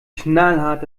knallhart